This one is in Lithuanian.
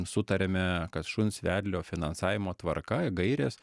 sutariame kad šuns vedlio finansavimo tvarka gairės